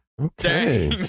okay